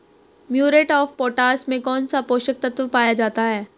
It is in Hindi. म्यूरेट ऑफ पोटाश में कौन सा पोषक तत्व पाया जाता है?